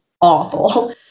awful